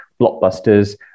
blockbusters